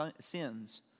sins